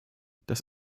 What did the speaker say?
das